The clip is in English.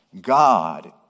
God